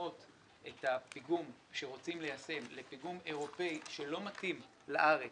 שמתאימות את הפיגום שרוצים ליישם לפיגום אירופי שלא מתאים לארץ,